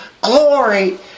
Glory